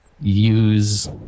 use